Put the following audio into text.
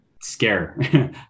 scare